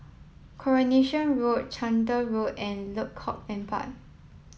Coronation Road Chander Road and Lengkok Empat